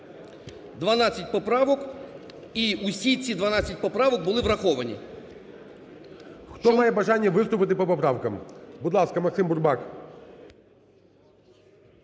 12 поправок і всі ці 12 поправок були враховані. ГОЛОВУЮЧИЙ. Хто має бажання виступити по поправкам? Будь ласка, Максим Бурбак.